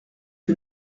que